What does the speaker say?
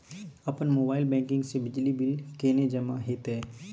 अपन mobile banking से बिजली बिल केने जमा हेते?